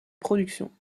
production